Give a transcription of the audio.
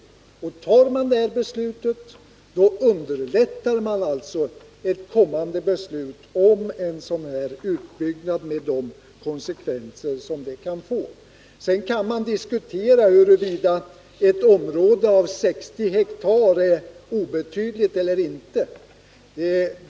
Om detta förslag bifalles, underlättar man alltså ett kommande beslut om en sådan utbyggnad, med de konsekvenser som det kan få. Vidare kan man diskutera huruvida ett område om 60 ha är obetydligt eller inte.